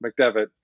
McDevitt